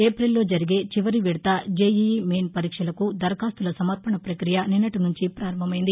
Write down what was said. ఏపిల్లో జరిగే చివరి విడత జేఈఈ మెయిన్ పరీక్షలకు దరఖాస్తుల సమర్పణ పక్రియ నిన్నటి నుంచి పారంభమైంది